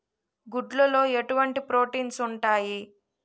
గుడ్లు లో ఎటువంటి ప్రోటీన్స్ ఉంటాయి?